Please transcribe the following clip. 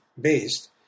based